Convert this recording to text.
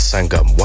Sangam